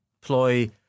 ploy